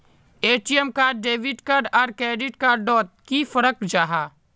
ATM card debit card आर credit card डोट की फरक जाहा?